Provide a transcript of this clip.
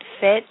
fit